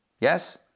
Yes